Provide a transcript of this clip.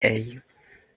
hey